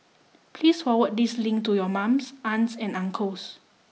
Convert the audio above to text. please forward this link to your mums aunts and uncles